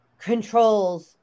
controls